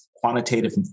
quantitative